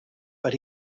but